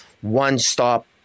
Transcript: one-stop